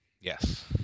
Yes